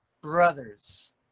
Brothers